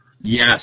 Yes